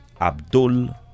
Abdul